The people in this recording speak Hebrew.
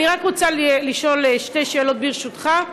אני רק רוצה לשאול שתי שאלות, ברשותך: